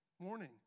Morning